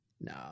No